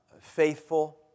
faithful